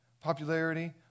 Popularity